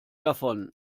davon